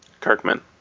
Kirkman